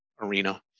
arena